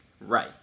Right